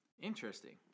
Interesting